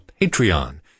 Patreon